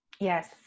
yes